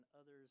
others